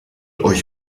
euch